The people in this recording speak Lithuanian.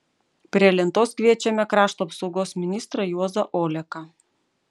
prie lentos kviečiame krašto apsaugos ministrą juozą oleką